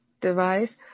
device